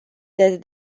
that